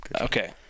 Okay